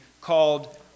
called